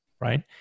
right